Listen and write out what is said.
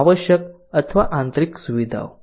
આવશ્યક અથવા આંતરિક સુવિધાઓ